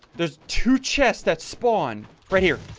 there's two chests. that's spawn right here